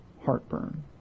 Heartburn